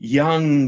young